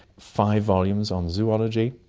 five volumes on zoology.